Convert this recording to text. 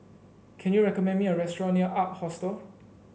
can you recommend me a restaurant near Ark Hostel